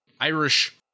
Irish